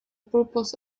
purpose